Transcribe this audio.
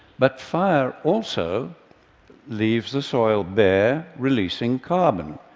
but fire also leaves the soil bare, releasing carbon,